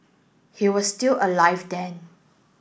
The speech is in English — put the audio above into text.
he was still alive then